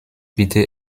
bitte